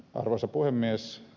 arvoisa puhemies